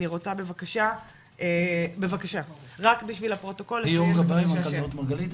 ליאור גבאי, מנכ"ל נאות מרגלית.